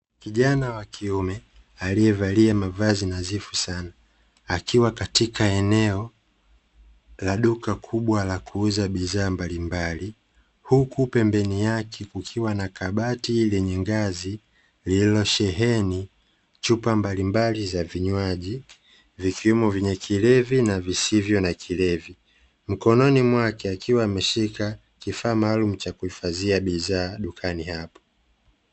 Kijana wa kiume alievalia mavazi nadhifu sana, akiwa katika eneo la duka kubwa la kuuza bidhaa mbalimbali, huku pembeni yake kukiwa na kabati lenye ngazi lililosheheni chupa mbalimbali za vinywaji, vikiwemo vyenye kilevi na visivyo na kilevi, mkononi mwake akiwa ameshika kifaa maalumu cha kuhifadhia bidhaa dukani hapo.